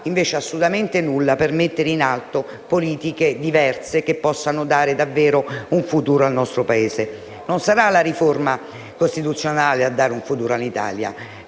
invece assolutamente nulla per mettere in atto politiche diverse, che possano dare davvero un futuro al nostro Paese. Non sarà la riforma costituzionale a dare un futuro all'Italia;